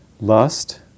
Lust